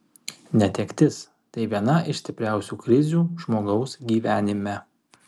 netektis tai viena iš stipriausių krizių žmogaus gyvenime